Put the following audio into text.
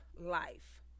life